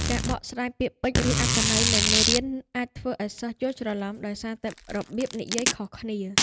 ការបកស្រាយពាក្យពេចន៍ ឬអត្ថន័យនៃមេរៀនអាចធ្វើឱ្យសិស្សយល់ច្រឡំដោយសារតែរបៀបនិយាយខុសគ្នា។